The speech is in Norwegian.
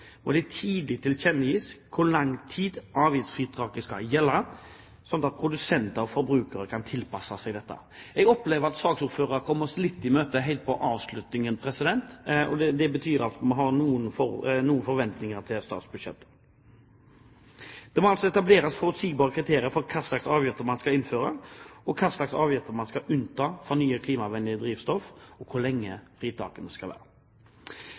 må det tidlig tilkjennegis hvor lang tid avgiftsfritaket skal gjelde, sånn at produsenter og forbrukere kan tilpasse seg dette. Jeg opplever at saksordføreren kom oss litt i møte helt avslutningsvis. Det betyr at vi har noen forventninger til statsbudsjettet. Det må etableres forutsigbare kriterier for hva slags avgifter man skal innføre, hva slags avgifter man skal unnta for nye klimavennlige drivstoff, og hvor lenge avgiftsfritakene skal